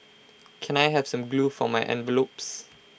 can I have some glue for my envelopes